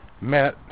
met